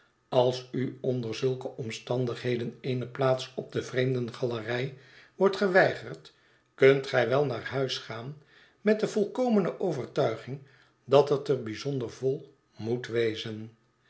als u onder zulke omstandigheden eene plaats op de vreemdengalerij wordt geweigerd kunt gij wel naar huis gaan met de volkomene overtuiging dat het er bijzonder vol moet wezen